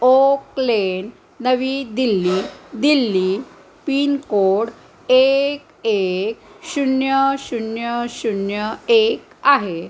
okay lane नवी Delhi Delhi pin code एक एक शून्य शून्य शून्य एक आहे